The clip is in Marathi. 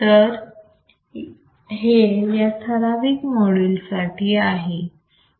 तर हे या ठराविक मॉड्यूल साठी आहे